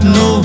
no